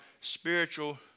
spiritual